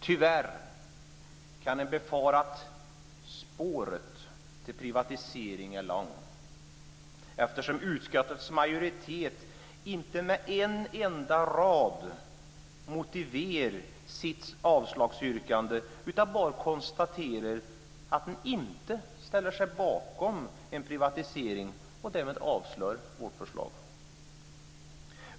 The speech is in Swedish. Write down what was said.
Tyvärr kan man befara att spåret till privatisering är långt, eftersom utskottets majoritet inte med en enda rad motiverar sitt avslagsyrkande. Man konstaterar bara att man inte ställer sig bakom en privatisering och avslår därmed förslaget.